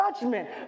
judgment